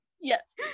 Yes